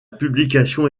publication